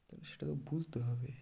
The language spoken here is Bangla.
তবে সেটা তো বুঝতে হবে